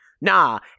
nah